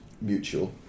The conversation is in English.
mutual